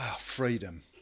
freedom